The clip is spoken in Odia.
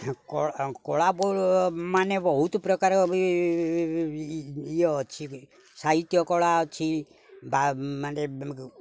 କଳା କଳା ମାନେ ବହୁତ ପ୍ରକାର ଇଏ ଅଛି ସାହିତ୍ୟ କଳା ଅଛି ବା ମାନେ